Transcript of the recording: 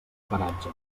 paratge